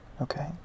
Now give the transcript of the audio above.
okay